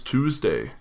Tuesday